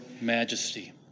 majesty